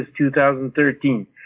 2013